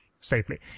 safely